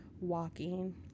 walking